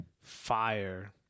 fire